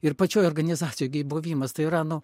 ir pačioj organizacijoj gi buvimas tai yra nu